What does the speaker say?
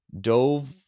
Dove